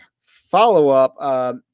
follow-up